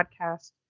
podcast